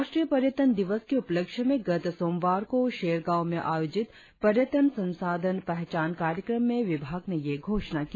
राष्ट्रीय पर्यटन दिवस के उपलक्ष्य में गत सोमवार को शेरगांव में आयोजित पर्यटन संसाधन पहचान कार्यक्रम में विभाग ने ये घोषणा की